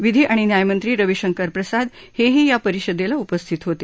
विधि आणि न्यायमंत्री रवीशंकर प्रसाद हे ही या परिषदेला उपस्थित होते